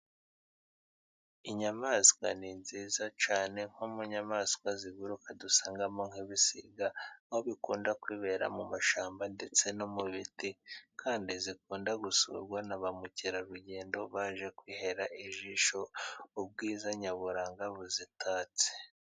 Inyamaswa ni nziza cyane nko mu nyamaswa ziguruka dusangamo nk'ibisiga; aho bikunda kwibera mu mashyamba, ndetse no mu biti, kandi zikunda gusurwa na ba mukerarugendo baje kwihera ijisho ubwiza nyaburanga buzitatse.